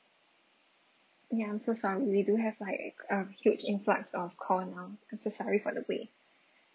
ya I'm so sorry we do have like uh huge influx of call now I'm so sorry for the wait